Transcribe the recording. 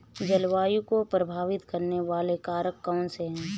जलवायु को प्रभावित करने वाले कारक कौनसे हैं?